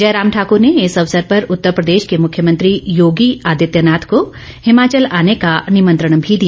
जयराम ठाकूर ने इस अवसर पर उत्तर प्रदेश के मुख्यमंत्री योगी आदित्यनाथ को हिमाचल आने का निमंत्रण भी दिया